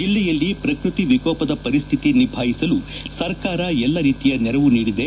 ಜೆಲ್ಲೆಯಲ್ಲಿ ಪ್ರಕೃತಿ ವಿಕೋಪದ ಪರಿಸ್ತಿತಿ ನಿಭಾಯಿಸಲು ಸರ್ಕಾರ ಎಲ್ಲಾ ರೀತಿಯ ನೆರವು ನೀಡಿದೆ